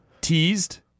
teased